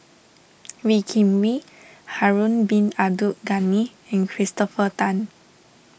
Wee Kim Wee Harun Bin Abdul Ghani and Christopher Tan